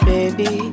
Baby